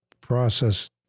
process